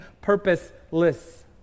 purposeless